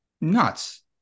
nuts